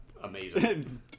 amazing